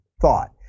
thought